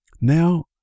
Now